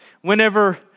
whenever